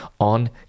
on